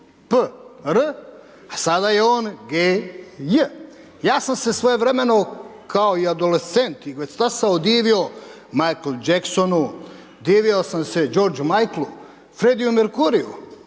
„PR“ a sada je on „gay“. Ja sam se svojevremeno kao i adolescent i već stasao, divio Michael Jacksonu, divio sam se George Michael, Freddie Mercury